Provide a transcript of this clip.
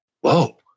whoa